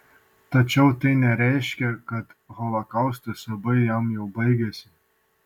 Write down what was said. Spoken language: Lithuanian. tačiau tai nereiškė kad holokausto siaubai jam jau baigėsi